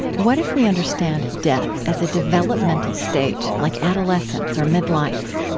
what if we understand death as a developmental stage like adolescence, or midlife?